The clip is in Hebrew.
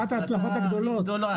אחת ההצלחות הגולות,